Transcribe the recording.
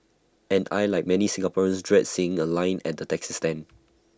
and I Like many Singaporeans dread seeing A line at the taxi stand